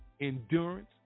endurance